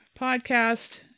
podcast